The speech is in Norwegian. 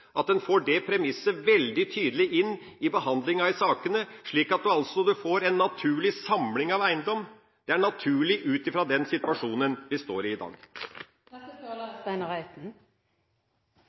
at en får det premisset veldig tydelig inn i behandlingen av sakene, slik at en får en naturlig samling av eiendom. Det er naturlig ut fra den situasjonen vi står i i dag. Kristelig Folkeparti er